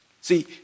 See